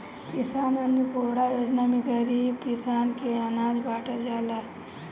किसान अन्नपूर्णा योजना में गरीब किसान के अनाज बाटल जाता